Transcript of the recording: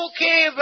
Okay